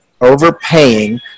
overpaying